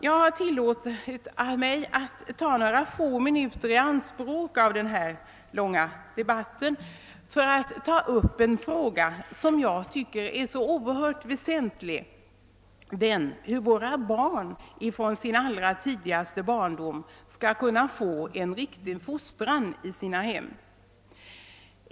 Jag har tillåtit mig att ta några få minuter i anspråk under denna långa debattdag för att ta upp en fråga, som jag tycker är oerhört väsentlig för mig, nämligen hur våra barn från sin allra tidigaste barndom skall kunna få en riktig fostran i sina hem.